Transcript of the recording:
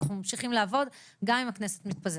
אנחנו נמשיך לעבוד גם אם הכנסת מתפזרת.